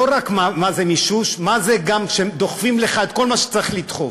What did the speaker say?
לא רק מה זה מישוש מה זה שהם גם דוחפים לך את כל מה שצריך לדחוף.